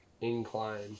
incline